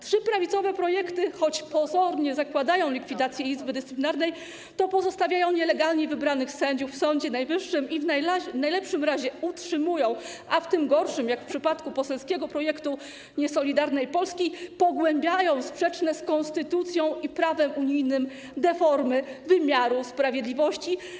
Trzy prawicowe projekty, choć pozornie zakładają likwidację Izby Dyscyplinarnej, pozostawiają nielegalnie wybranych sędziów w Sądzie Najwyższym i w najlepszym razie utrzymują, a w tym gorszym, jak w przypadku poselskiego projektu nie-Solidarnej Polski, pogłębiają sprzeczne z konstytucją i prawem unijnym deformy wymiaru sprawiedliwości.